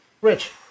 rich